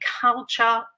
culture